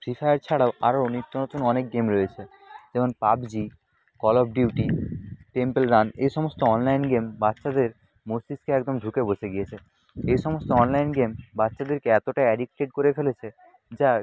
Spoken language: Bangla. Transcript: ফ্রি ফায়ার ছাড়াও আরও নিত্যনতুন অনেক গেম রয়েছে যেমন PUBG Call of Duty Temple Run এই সমস্ত অনলাইন গেম বাচ্চাদের মস্তিষ্কে একদম ঢুকে বসে গিয়েছে এই সমস্ত অনলাইন গেম বাচ্চাদেরকে এতটা অ্যাডিক্টেড করে ফেলেছে যার